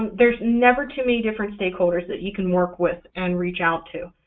there's never too many different stakeholders that you can work with and reach out to.